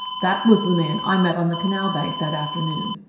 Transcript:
that was the man i met on the canal bank that afternoon.